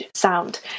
sound